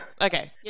Okay